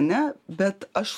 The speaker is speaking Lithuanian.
ne bet aš